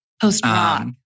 Post-rock